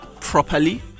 properly